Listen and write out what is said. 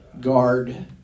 guard